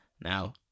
now